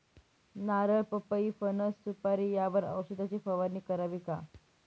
नारळ, पपई, फणस, सुपारी यावर औषधाची फवारणी करावी का?